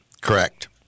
Correct